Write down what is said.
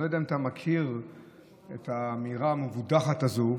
אני לא יודע אם אתה מכיר את האמירה המבודחת הזו,